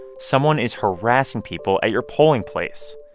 someone is harassing people at your polling place.